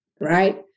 right